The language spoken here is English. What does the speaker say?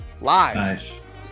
live